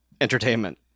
entertainment